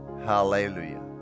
Hallelujah